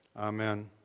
Amen